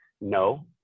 No